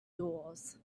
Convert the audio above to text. doors